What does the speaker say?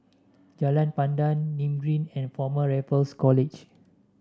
Jalan Pandan Nim Green and Former Raffles College